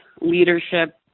leadership